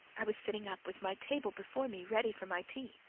i was sitting up, with my table before me ready for my tea.